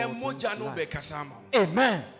Amen